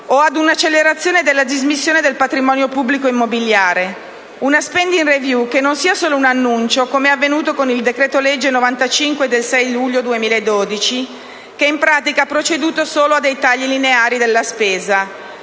o ad un'accelerazione della dismissione del patrimonio pubblico immobiliare; una *spending review* che non sia solo un annuncio, come è avvenuto con il decreto-legge n. 95 del 6 luglio 2012, che in pratica ha proceduto solo a dei tagli lineari della spesa.